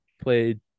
played